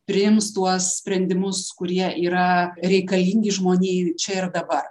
priims tuos sprendimus kurie yra reikalingi žmonijai čia ir dabar